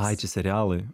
ai čia serialai